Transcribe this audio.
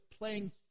playing